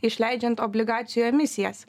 išleidžiant obligacijų emisijas